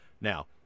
Now